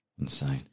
Insane